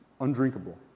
undrinkable